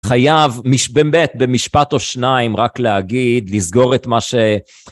חייב באמת במשפט או שניים רק להגיד לסגור את מה ש..